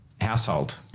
Household